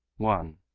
one.